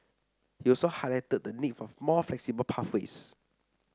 he also highlighted the need for more flexible pathways